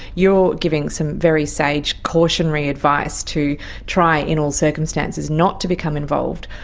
you are giving some very sage cautionary advice to try in all circumstances not to become involved.